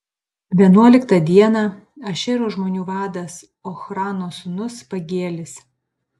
vienuoliktą dieną ašero žmonių vadas ochrano sūnus pagielis